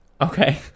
Okay